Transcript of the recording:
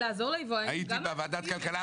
הייתי בישיבה בוועדת הכלכלה.